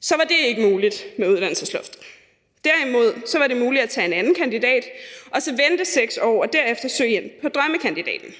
Så var det ikke muligt med uddannelsesloftet. Derimod var det muligt at tage en anden kandidat og så vente 6 år og derefter søge ind på drømmekandidaten.